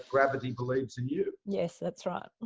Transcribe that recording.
gravity believes in you. yes, that's right.